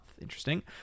Interesting